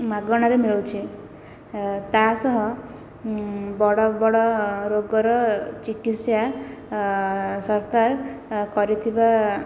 ମାଗଣାରେ ମିଳୁଛି ତା' ସହ ବଡ଼ ବଡ଼ ରୋଗର ଚିକିତ୍ସା ସରକାର କରିଥିବା